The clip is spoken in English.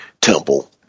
Temple